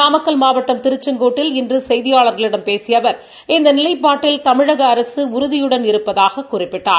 நாமக்கல் மாவட்டம் திருச்செங்கோட்டில் இன்று செய்தியாளர்களிடம் பேசிய அவர் இந்த நிலைப்பாட்டில் தமிழக அரசு உறுதியுடன் இருப்பதாகக் குறிப்பிட்டார்